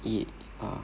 it ah